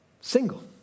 single